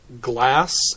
glass